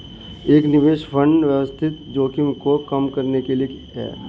एक निवेश फंड अव्यवस्थित जोखिम को कम करने के लिए है